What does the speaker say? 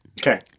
Okay